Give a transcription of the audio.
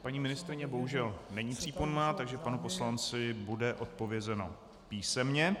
Paní ministryně bohužel není přítomna, takže panu poslanci bude odpovězeno písemně.